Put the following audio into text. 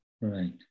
Right